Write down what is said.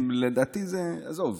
לדעתי, זה, עזוב.